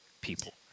people